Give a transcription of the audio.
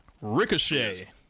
Ricochet